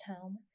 home